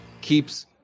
Keeps